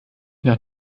nach